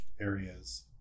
areas